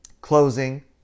Closing